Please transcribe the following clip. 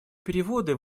переводы